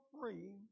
free